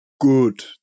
good